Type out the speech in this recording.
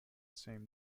same